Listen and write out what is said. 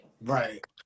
Right